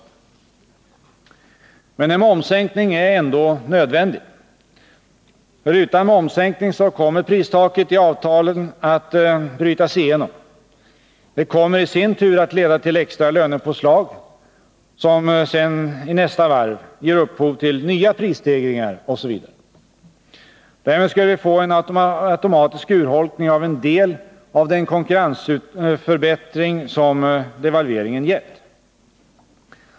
Men en momssänkning är ändå nödvändig. Utan momssänkning kommer pristaket i avtalen att brytas igenom. Det kommer i sin tur att leda till extra lönepåslag, som sedan i nästa varv ger upphov till nya prisstegringar, osv. Därmed skulle vi få en automatisk urholkning av en del av den konkurrensförbättring som devalveringen gett.